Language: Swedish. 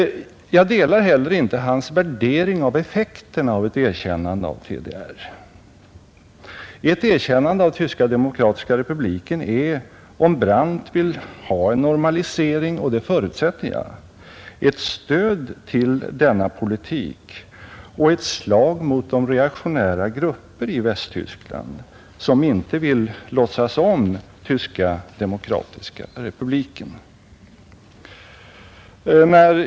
Jag delar heller inte hans värdering av effekterna av ett erkännande av TDR. Ett erkännande av Tyska demokratiska republiken är, om Brandt vill ha en normalisering — och det förutsätter jag — ett stöd till denna politik och ett slag mot de reaktionära grupper i Västtyskland som inte vill låtsas om Tyska demokratiska republiken.